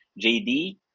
JD